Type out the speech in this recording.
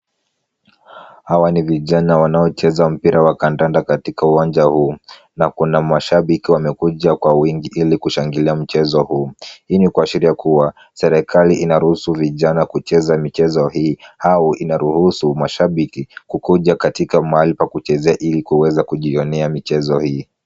Hawa ni vijana wanaocheza mpira wa kandanda katika uwanja huu, na kuna mashabiki wamekuja kwa wingi ili kushangilia mchezo huu. Hii ni kwa sheria kuwa, serikali inaruhusu vijana kucheza michezo hii au inaruhusu mashabiki kukuja katika mahali pa kuchezea ili kuweza kujionea michezo hii.